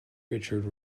richard